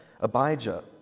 Abijah